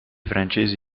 francesi